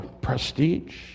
prestige